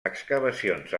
excavacions